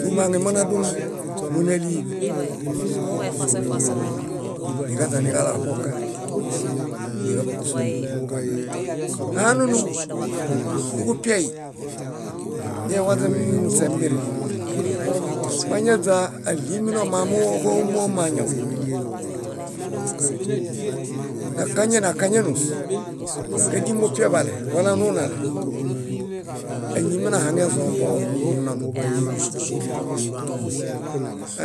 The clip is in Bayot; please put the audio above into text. . Bumaŋemonadũlõ, mónaliḃe. Niźaniġalaa ṗoka, niġaḃa kúsunguruġa. Hanunu nuġupiai, iewaźen muśemiri. Mañaźa áɭiemi niamamooġo ómu amañaw, nakaŋene akaŋenus kádimo piaḃale wala nunale, áñi minahaŋezõ boo non,